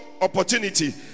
opportunity